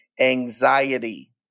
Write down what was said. anxiety